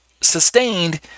sustained